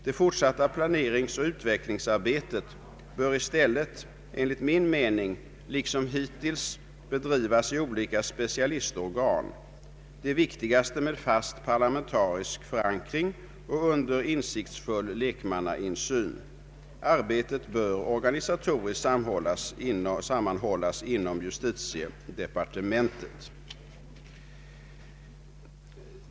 Det fortsatta planeringsoch utvecklingsarbetet bör i stället enligt min mening liksom hittills bedrivas i olika specialistorgan, de viktigaste med fast parlamentarisk förankring och under insiktsfull lekmannainsyn, Arbetet bör organisatoriskt sammanhållas inom justitiedepartementet.